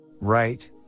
Right